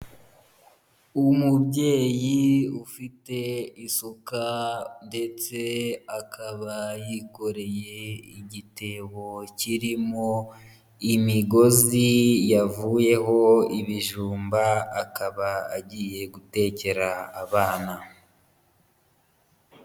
Umubyeyi ufite isuka ndetse akaba yikoreye igitebo kirimo imigozi yavuyeho ibijumba, akaba agiye gutegera abana.